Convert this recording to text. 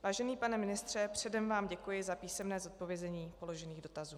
Vážený pane ministře, předem vám děkuji za písemné zodpovězení přiložených dotazů.